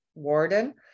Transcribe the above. warden